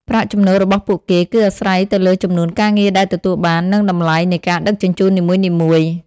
ប្រាក់ចំណូលរបស់ពួកគេ គឺអាស្រ័យទៅលើចំនួនការងារដែលទទួលបាន និងតម្លៃនៃការដឹកជញ្ជូននីមួយៗ។